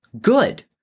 good